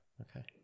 okay